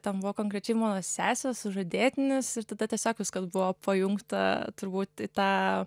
ten buvo konkrečiai mano sesės sužadėtinis ir tada tiesiog viskas buvo pajungta turbūt į tą